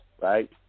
right